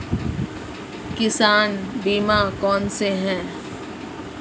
किसान बीमा कौनसे हैं?